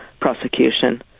prosecution